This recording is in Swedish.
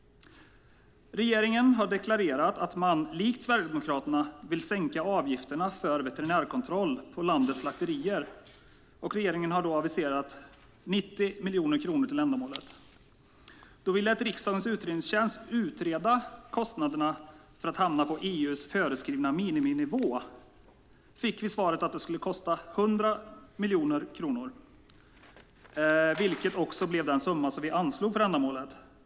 Regeringen har deklarerat att man, likt Sverigedemokraterna, vill sänka avgifterna för veterinärkontroll på landets slakterier. Regeringen har föreslagit 90 miljoner kronor för det ändamålet. Då vi lät riksdagens utredningstjänst utreda kostnaderna för att hamna på EU:s föreskrivna miniminivå fick vi svaret att det skulle kosta 100 miljoner kronor, vilket också blev den summa som vi föreslog för ändamålet.